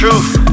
Truth